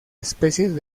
especies